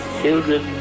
children